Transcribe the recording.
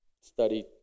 study